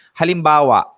halimbawa